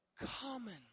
Common